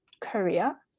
Korea